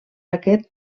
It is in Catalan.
aquest